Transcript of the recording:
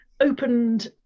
opened